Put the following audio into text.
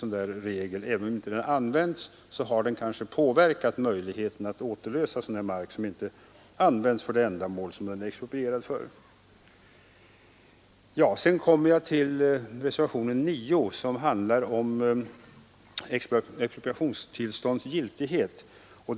Även om den inte används, har den kanske påverkat möjligheten att återlösa sådan mark som inte kommer till användning för det ändamål den är exproprierad för. Sedan kommer jag till reservationen 9, som handlar om giltigheten av expropriationstillstånd.